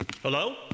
hello